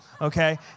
okay